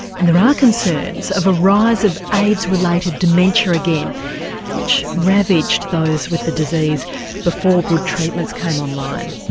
and there are concerns of a rise of aids related dementia again which ravaged those with the disease before good treatments came online.